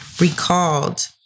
recalled